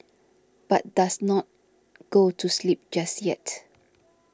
but does not go to sleep just yet